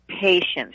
patience